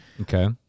Okay